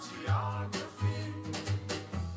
geography